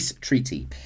treaty